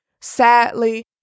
Sadly